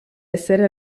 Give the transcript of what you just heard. essere